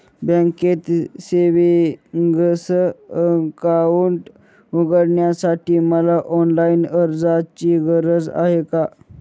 बँकेत savings account उघडण्यासाठी मला ऑनलाईन अर्जाची गरज आहे का?